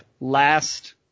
last